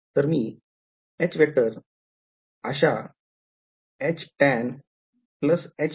तर मी अश्या पद्धतीने लिहू शकतो